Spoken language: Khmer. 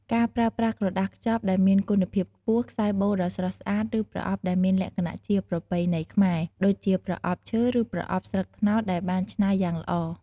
ការប្រើប្រាស់ក្រដាសខ្ចប់ដែលមានគុណភាពខ្ពស់ ខ្សែបូដ៏ស្រស់ស្អាត ឬប្រអប់ដែលមានលក្ខណៈជាប្រពៃណីខ្មែរ (ដូចជាប្រអប់ឈើ ឬប្រអប់ស្លឹកត្នោតដែលបានច្នៃយ៉ាងល្អ)។